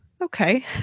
Okay